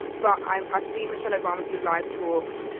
and but i've i've seen michelle obama do live talks.